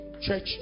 church